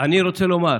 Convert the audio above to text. ואני רוצה לומר: